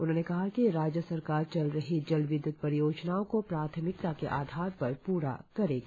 उन्होंने कहा कि राज्य सरकार चल रही जलविद्युत परियोजनाओं को प्राथमिकता के आधार पर प्रा करेगी